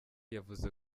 yavuze